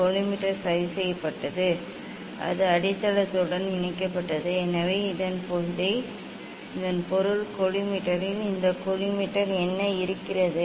collimator சரி செய்யப்பட்டது அது அடித்தளத்துடன் இணைக்கப்பட்டுள்ளது எனவே இதன் பொருள் கோலிமேட்டரில் இந்த கோலிமேட்டர் என்ன இருக்கிறது